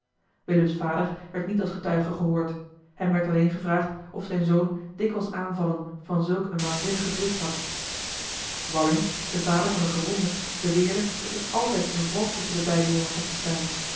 willems vader werd niet als getuige gehoord hem werd alleen gevraagd of zijn zoon dikwijls aanvallen van zulk eene waanzinnige drift had walling de vader van den gewonde beweerde dat er altijd een wrok tusschen de beide jongens had bestaan